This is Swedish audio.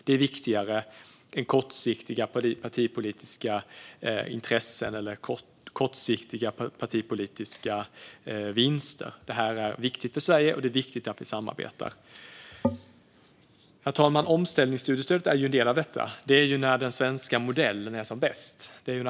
Det är viktigare än kortsiktiga partipolitiska intressen eller kortsiktiga partipolitiska vinster. Detta är viktigt för Sverige, och det är viktigt att vi samarbetar. Herr talman! Omställningsstudiestödet är en del av detta. Det är när den svenska modellen är som bäst.